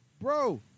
Bro